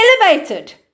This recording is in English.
elevated